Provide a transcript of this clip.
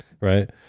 right